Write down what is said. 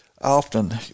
often